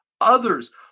others